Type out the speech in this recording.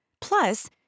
Plus